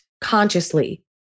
consciously